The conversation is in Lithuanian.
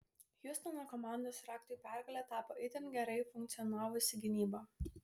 hjustono komandos raktu į pergalę tapo itin gerai funkcionavusi gynyba